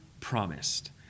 promised